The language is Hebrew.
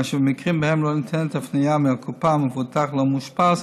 כאשר במקרים שבהם לא ניתנת הפניה מהקופה והמבוטח לא מאושפז